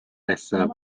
nesaf